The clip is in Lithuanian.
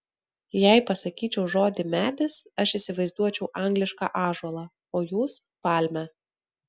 jei pasakyčiau žodį medis aš įsivaizduočiau anglišką ąžuolą o jūs palmę